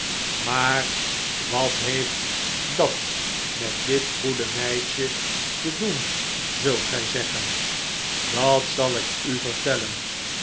maar wat heeft dat met dit goede meisje te doen zult gij zeggen dat zal ik u vertellen